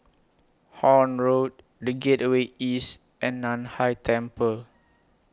Horne Road The Gateway East and NAN Hai Temple